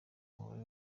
umubare